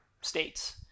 states